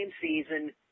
season